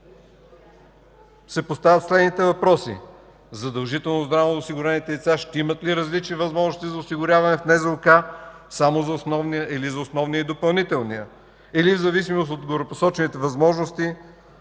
се поставят следните въпроси.